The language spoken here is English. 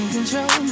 control